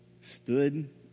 stood